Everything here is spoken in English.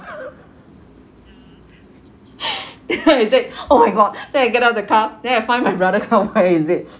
no he said oh my god then I get out of the car then I find my brother car where is it